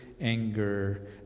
anger